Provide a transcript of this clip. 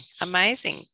Amazing